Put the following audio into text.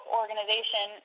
organization